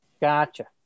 Gotcha